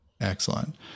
Excellent